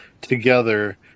together